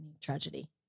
tragedy